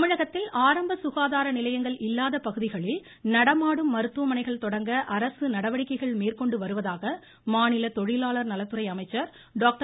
per தமிழகத்தில் ஆரம்ப சுகாதார நிலையங்கள் இல்லாத பகுதிகளில் நடமாடும் மருத்துவமனைகள் தொடங்க அரசு நடவடிக்கைகள் மேற்கொண்டு வருவதாக மாநில தொழிலாளர் நலத்துறை அமைச்சர் டாக்டர்